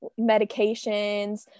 medications